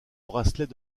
bracelets